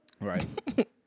Right